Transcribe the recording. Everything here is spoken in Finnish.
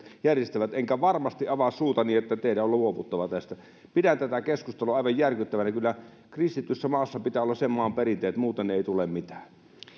järjestävät enkä varmasti avaa suutani että teidän on luovuttava tästä pidän tätä keskustelua aivan järkyttävänä kyllä kristityssä maassa pitää olla sen maan perinteet muuten ei tule mitään